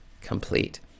complete